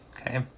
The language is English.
okay